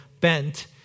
bent